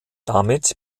damit